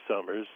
Summers